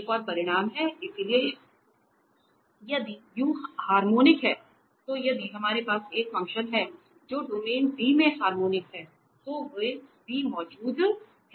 एक और परिणाम है इसलिए यदि u हार्मोनिक है तो यदि हमारे पास एक फंक्शन है जो डोमेन D में हार्मोनिक है तो एक v मौजूद है